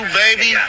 baby